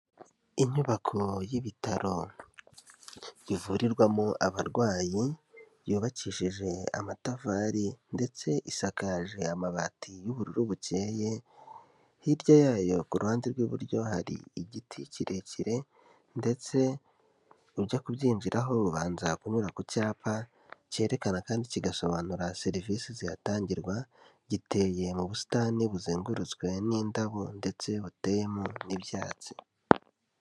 Inyubako y'ibitaro bivurirwamo abarwayi, yubakishije amatafari ndetse isakaje amabati y'ubururu bukeye, hirya yayo ku ruhande rw'iburyo hari igiti kirekire, ndetse ujya kubyinjiraho ubanza kunyura ku cyapa, cyerekana kandi kigasobanura serivisi zihatangirwa, giteye mu busitani buzengurutswe n'indabo ndetse buteyemo n'ibyatsi.